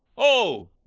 oh!